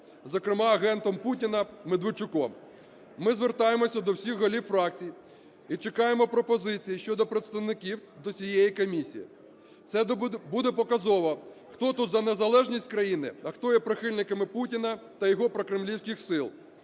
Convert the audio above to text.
зокрема агентом Путіна - Медведчуком. Ми звертаємося до всіх голів фракцій і чекаємо пропозицій щодо представників до цієї комісії. Це буде показово, хто тут за незалежність країни, а хто є прихильниками Путіна та його прокремлівських сил.